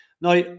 now